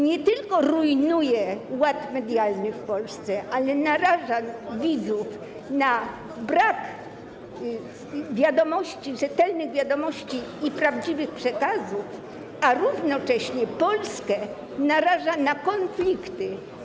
nie tylko zrujnowałby ład medialny w Polsce, ale narażałby widzów na brak wiadomości, rzetelnych wiadomości i prawdziwych przekazów, a równocześnie Polskę narażałby na konflikty.